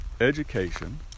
education